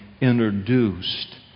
introduced